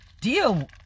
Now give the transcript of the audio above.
deal